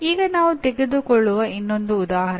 ಈಗ ನಾವು ತೆಗೆದುಕೊಳ್ಳುವ ಇನ್ನೊಂದು ಉದಾಹರಣೆ